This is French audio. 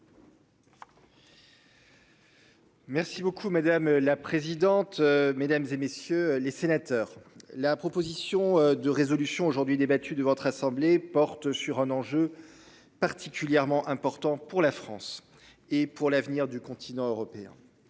Merci beaucoup madame la présidente, mesdames et messieurs les sénateurs. La proposition de résolution aujourd'hui débattue de votre assemblée porte sur un enjeu. Particulièrement important pour la France et pour l'avenir du continent européen.